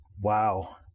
wow